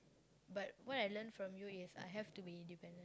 but what I learnt from you is I have to be independent